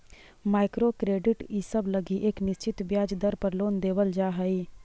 micro credit इसब लगी एक निश्चित ब्याज दर पर लोन देवल जा हई